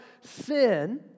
sin